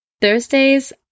Thursdays